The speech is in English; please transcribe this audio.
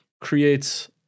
creates